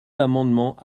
amendement